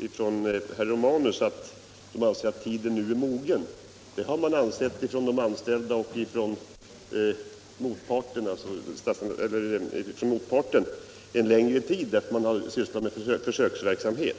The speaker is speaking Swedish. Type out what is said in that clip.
Herr talman! Herr Romanus sade att utskottet ville ge till känna att tiden nu är mogen för en vidgad användning av systemet med flexibel arbetstid. Det har arbetsmarknadens parter ansett länge, och man har ju även haft försöksverksamhet